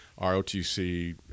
ROTC